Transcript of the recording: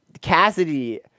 Cassidy